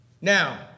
Now